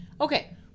Okay